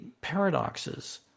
paradoxes